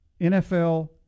NFL